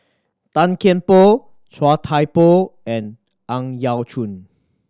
Tan Kian Por Chia Thye Poh and Ang Yau Choon